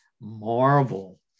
marvel